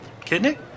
Kidney